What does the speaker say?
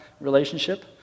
relationship